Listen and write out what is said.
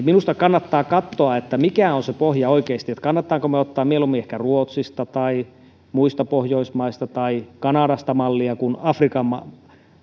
minusta kannattaa katsoa mikä on se pohja oikeasti kannattaako meidän ottaa mieluummin ehkä ruotsista tai muista pohjoismaista tai kanadasta mallia kuin afrikan